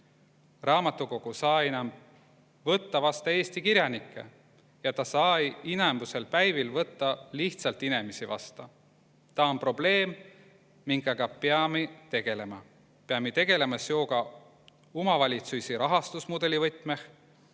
Raamatukogo' saa-i imämp võtta vasta Eesti kiränikke. Ja ta saa‑i inämbüsel päevil võtta lihtsalt inemisi vasta. Taa om probleem, minkäga piami tegelemä. Piami tegelma sjooga umavalitsusi rahastusmudõli võtmeh